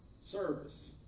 service